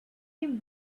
him